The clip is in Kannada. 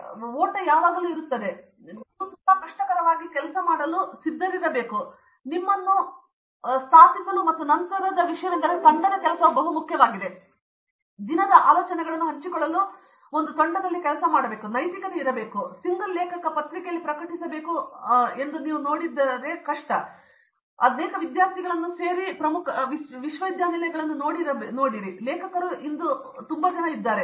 ಆದ್ದರಿಂದ ಆ ಓಟ ಯಾವಾಗಲೂ ಇರುತ್ತದೆ ಮತ್ತು ನೀವು ತುಂಬಾ ಕಷ್ಟಕರವಾಗಿ ಕೆಲಸ ಮಾಡಲು ಸಿದ್ಧರಾಗಿರಬೇಕು ಮತ್ತು ನಿಮ್ಮನ್ನು ಸ್ಥಾಪಿಸಲು ಮತ್ತು ನಂತರದ ವಿಷಯವೆಂದರೆ ತಂಡದ ಕೆಲಸವು ಬಹಳ ಮುಖ್ಯವಾಗಿದೆ ಅದು ದಿನದಿಂದಲೂ ಆಲೋಚನೆಗಳನ್ನು ಹಂಚಿಕೊಳ್ಳಲು ಒಂದು ತಂಡದಲ್ಲಿ ಕೆಲಸ ಮಾಡುವುದು ಮತ್ತು ಅದರ ಬಗ್ಗೆ ನೈತಿಕತೆ ಇರುವುದರಿಂದ ನೀವು ಸಿಂಗಲ್ ಲೇಖಕ ಪತ್ರಿಕೆಯಲ್ಲಿ ಪ್ರಕಟಿಸಬೇಕು ಅಥವಾ ವಿದ್ಯಾರ್ಥಿಗಳಾದ್ಯಂತ ಅನೇಕ ಪ್ರಮುಖ ವಿಶ್ವವಿದ್ಯಾನಿಲಯಗಳನ್ನು ನೋಡಿದರೆ ಆ ಲೇಖಕರು ಇಂದು ಹೋಗಿದ್ದಾರೆ